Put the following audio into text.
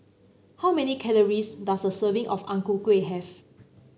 how many calories does a serving of Ang Ku Kueh have